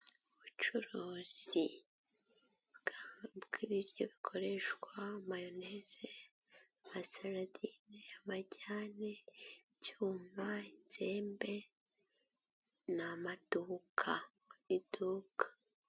Ubucuruzi bw'ibiryo bikoreshwa mayoneze, amaseladine, amajyane ibyuma, inzembe ni amaduka iduka.